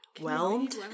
whelmed